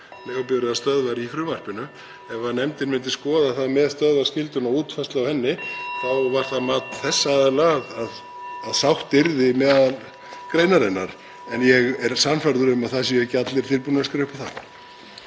leigubifreiðastöðvar í frumvarpinu, ef nefndin myndi skoða það með stöðvaskyldunni og útfærslu á henni, þá var það mat þessa aðila að sátt yrði innan greinarinnar. En ég er sannfærður um að það séu ekki allir tilbúnir að skrifa upp á það.